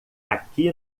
aqui